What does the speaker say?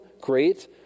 great